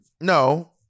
No